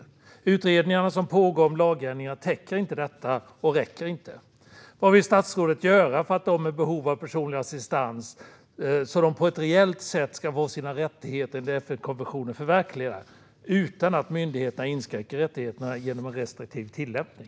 De utredningar som pågår om lagändringar täcker inte detta och räcker inte. Vad vill statsrådet göra för att de med behov av personlig assistans på ett reellt sätt ska få sina rättigheter enligt FN-konventionen förverkligade utan att myndigheterna inskränker rättigheterna genom en restriktiv tillämpning?